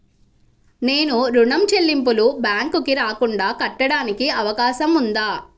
నేను ఋణం చెల్లింపులు బ్యాంకుకి రాకుండా కట్టడానికి అవకాశం ఉందా?